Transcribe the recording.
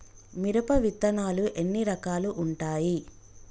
మిరప విత్తనాలు ఎన్ని రకాలు ఉంటాయి?